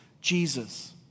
Jesus